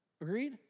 Agreed